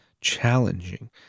challenging